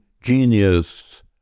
genius